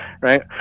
right